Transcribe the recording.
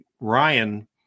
Ryan